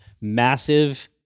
massive